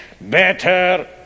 better